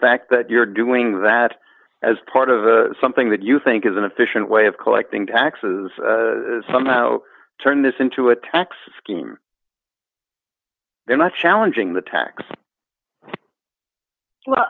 fact that you're doing that as part of a something that you think is an efficient way of collecting taxes somehow turn this into a tax scheme they're not challenging the tax well